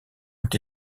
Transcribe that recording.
ont